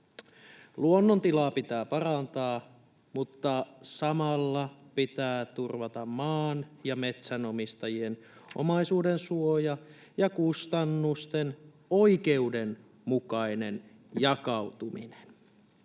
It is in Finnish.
Luonnon tilaa pitää parantaa, mutta samalla pitää turvata maan- ja metsänomistajien omaisuudensuoja ja kustannusten oikeudenmukainen jakautuminen.